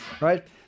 Right